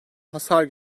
hasar